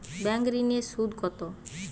Bank ঋন এর সুদ কত?